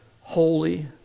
holy